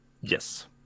Yes